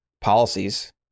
policies